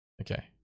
Okay